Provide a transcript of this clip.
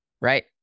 right